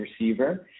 receiver